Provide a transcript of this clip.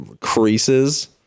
creases